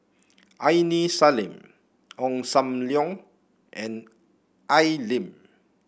Aini Salim Ong Sam Leong and Al Lim